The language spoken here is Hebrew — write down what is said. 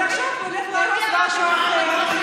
אז עכשיו הוא הולך להרוס משהו אחר.